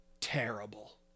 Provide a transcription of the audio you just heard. terrible